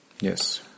Yes